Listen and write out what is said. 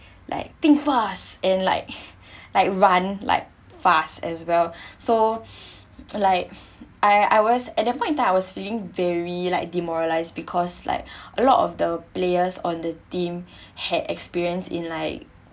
like think fast and like run like fast as well so like I I was at that point in time I was feeling very like demoralised because like a lot of the players on the team had experience in like